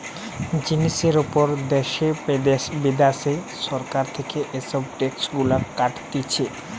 জিনিসের উপর দ্যাশে বিদ্যাশে সরকার থেকে এসব ট্যাক্স গুলা কাটতিছে